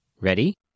Ready